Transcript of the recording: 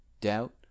doubt